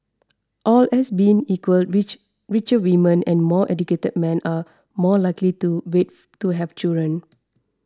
all else being equal rich richer women and more educated men are more likely to wait to have children